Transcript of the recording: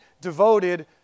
devoted